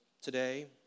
today